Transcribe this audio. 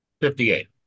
Fifty-eight